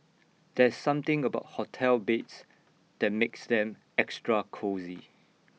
there's something about hotel beds that makes them extra cosy